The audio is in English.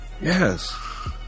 yes